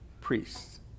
priests